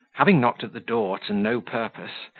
having knocked at the door to no purpose,